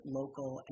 local